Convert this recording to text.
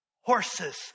horses